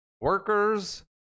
Workers